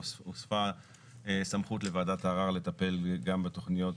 הוספה סמכות לוועדת הערר לטפל גם בתכניות